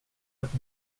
ett